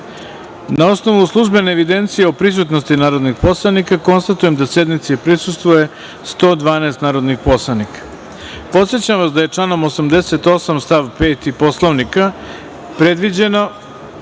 osnovu službene evidencije o prisutnosti narodnih poslanika, konstatujem da sednici prisustvuje 112 narodnih poslanika. Podsećam vas da je članom 88. stav 5. Poslovnika predviđeno